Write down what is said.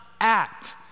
act